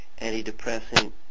antidepressant